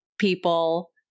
people